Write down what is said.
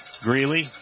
Greeley